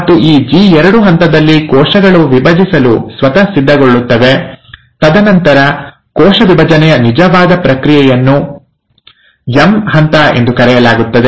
ಮತ್ತು ಈ ಜಿ2 ಹಂತದಲ್ಲಿ ಕೋಶಗಳು ವಿಭಜಿಸಲು ಸ್ವತಃ ಸಿದ್ಧಗೊಳ್ಳುತ್ತವೆ ತದನಂತರ ಕೋಶ ವಿಭಜನೆಯ ನಿಜವಾದ ಪ್ರಕ್ರಿಯೆಯನ್ನು ಎಂ ಹಂತ ಎಂದು ಕರೆಯಲಾಗುತ್ತದೆ